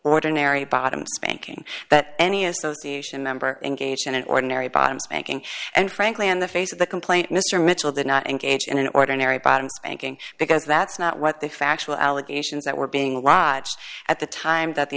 ordinary bottom spanking that any association member engaged in an ordinary bottom spanking and frankly in the face of the complaint mr mitchell did not engage in an ordinary bottom spanking because that's not what the factual allegations that were being lodged at the time that the